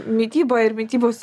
mitybą ir mitybos